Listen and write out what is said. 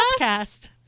Podcast